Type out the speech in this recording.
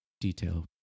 detail